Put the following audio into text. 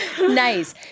Nice